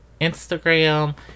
Instagram